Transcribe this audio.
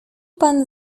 pan